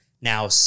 Now